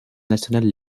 nationale